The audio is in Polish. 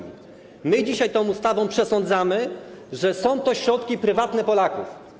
My dzisiaj tą ustawą przesądzamy, że są to środki prywatne Polaków.